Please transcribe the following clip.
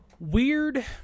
Weird